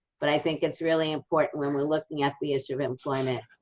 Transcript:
but i think it's really important when we're looking at the issue of employment,